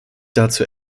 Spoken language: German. dazu